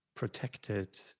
protected